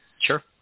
Sure